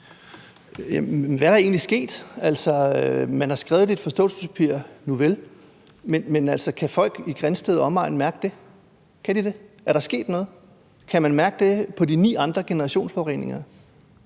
hvad er der egentlig sket? Altså, man har skrevet det i et forståelsespapir – nuvel. Men kan folk i Grindsted og omegn mærke det – kan de det? Er der sket noget? Kan man mærke det ved de ni andre generationsforureninger?